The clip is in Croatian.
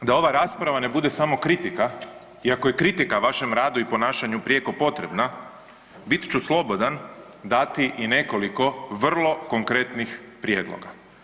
Međutim, da ova rasprava ne bude samo kritika, iako je kritika vašem radu i ponašanju prijeko potrebna bit ću slobodan dati i nekoliko vrlo konkretnih prijedloga.